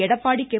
Edappadi K